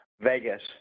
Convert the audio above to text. vegas